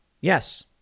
Yes